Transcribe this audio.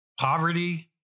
poverty